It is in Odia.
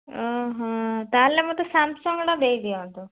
ଓ ହଁ ତା'ହେଲେ ମୋତେ ସାମ୍ସଙ୍ଗ୍ଟା ଦେଇ ଦିଅନ୍ତୁ